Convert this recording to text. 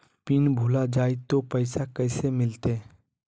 Pin भूला जाई तो पैसा कैसे मिलते?